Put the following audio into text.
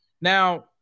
now